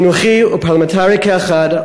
חינוכי ופרלמנטרי כאחד,